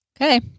Okay